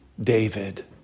David